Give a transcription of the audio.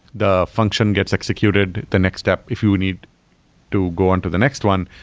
the function gets executed the next step if you need to go into the next one,